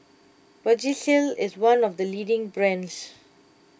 Vagisil is one of the leading brands